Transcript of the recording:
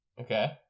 Okay